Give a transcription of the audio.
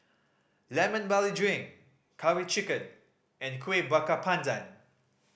Lemon Barley Drink Curry Chicken and Kueh Bakar Pandan